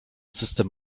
system